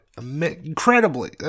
Incredibly